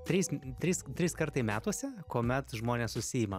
trys trys trys kartai metuose kuomet žmonės užsiima